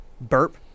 burp